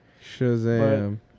Shazam